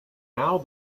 now